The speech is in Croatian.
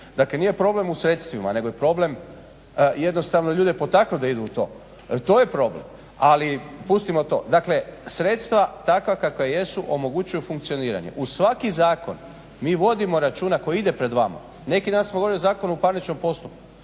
Dakle, nije problem u sredstvima, nego je problem jednostavno ljude potaknut da idu u to. To je problem. Ali pustimo to. Dakle, sredstva takva kakva jesu omogućuju funkcioniranje. Uz svaki zakon mi vodimo računa koji ide pred vama. Neki dan smo govorili o Zakonu o parničnom postupku.